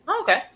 okay